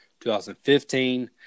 2015